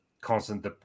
constant